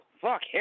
Fuck